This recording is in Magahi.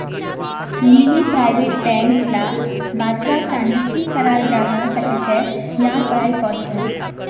लीली प्राइवेट बैंक लाक बचव्वार तने की कराल जाबा सखछेक यहार पढ़ाई करछेक